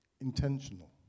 Intentional